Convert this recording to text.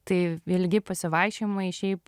tai ilgi pasivaikščiojimai šiaip